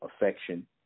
affection